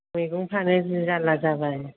मैगंफ्रानो जि जारला जाबाय